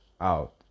out